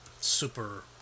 super